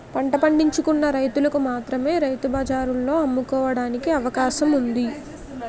పంట పండించుకున్న రైతులకు మాత్రమే రైతు బజార్లలో అమ్ముకోవడానికి అవకాశం ఉంది